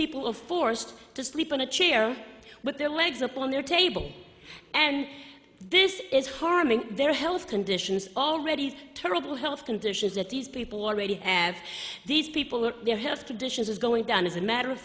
people forced to sleep on a chair with their legs up on their table and this is harming their health conditions already total health conditions that these people already have these people who are there have to dishes is going down as a matter of